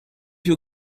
you